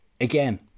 Again